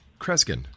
Kreskin